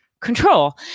control